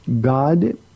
God